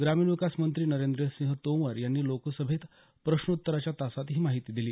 ग्रामीण विकास मंत्री नरेंद्रसिंह तोमर यांनी लोकसभेत प्रश्नोत्तराच्या तासात ही माहिती दिली